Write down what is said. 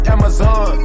Amazon